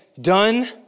done